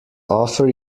offer